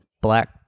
Black